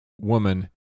woman